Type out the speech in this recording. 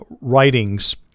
writings